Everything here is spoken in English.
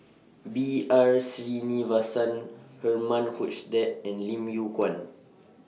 B R Sreenivasan Herman Hochstadt and Lim Yew Kuan